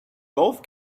golf